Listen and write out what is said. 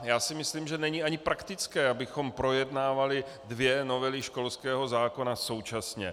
Já si myslím, že není ani praktické, abychom projednávali dvě novely školského zákona současně.